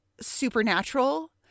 Supernatural